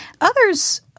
Others